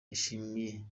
yashimiye